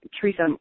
Teresa